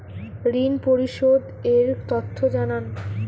ঋন পরিশোধ এর তথ্য জানান